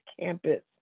campus